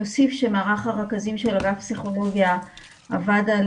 אני אוסיף שמערך הרכזים של אגף פסיכולוגיה עבד על